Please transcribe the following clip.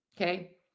okay